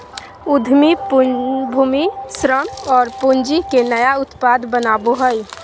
उद्यमी भूमि, श्रम और पूँजी के नया उत्पाद बनावो हइ